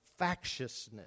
factiousness